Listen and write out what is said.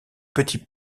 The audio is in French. petit